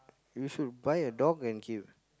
you should buy a dog and keep